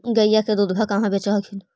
गईया के दूधबा कहा बेच हखिन?